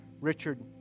Richard